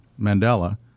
Mandela